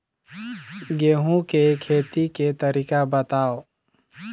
गेहूं के खेती के तरीका बताव?